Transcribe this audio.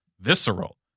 visceral